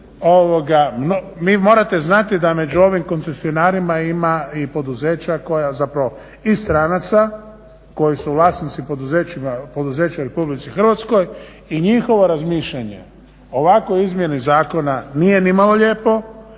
vi morate znati da među ovim koncesionarima ima i poduzeća koja, zapravo i stranaca koji su vlasnici poduzeća u Republici Hrvatskoj i njihovo razmišljanje o ovakvoj izmjeni zakona nije ni malo lijepo.